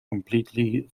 completely